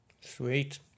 Sweet